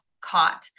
caught